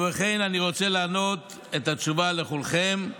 ובכן, אני רוצה לענות את התשובה לכולכם.